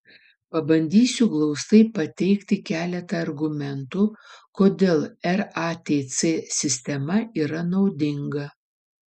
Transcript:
pabandysiu glaustai pateikti keletą argumentų kodėl ratc sistema yra naudinga